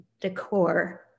decor